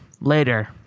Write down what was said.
Later